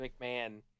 mcmahon